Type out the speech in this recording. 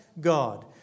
God